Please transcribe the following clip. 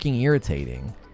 irritating